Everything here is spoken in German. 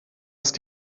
ist